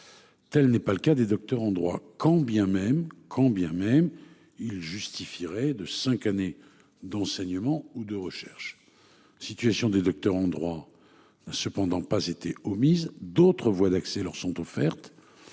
Telle n'est pas le cas des docteurs en droit. Quand bien même quand bien même il justifierait de 5 années d'enseignement ou de recherche. Situation des docteurs en droit. Cependant pas été omise d'autres voies d'accès leur sont offertes.